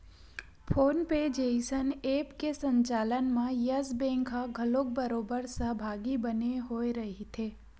phone पे जइसन app के संचालन म यस बेंक ह घलोक बरोबर सहभागी बने होय रहिथे